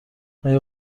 آیا